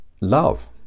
love